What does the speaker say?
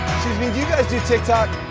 me, do you guys do tik tok?